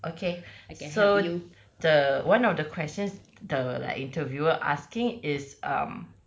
okay so the one of the questions the like interviewer asking is um